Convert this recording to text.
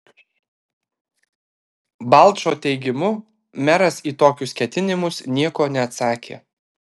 balčo teigimu meras į tokius ketinimus nieko neatsakė